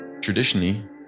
traditionally